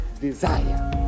desire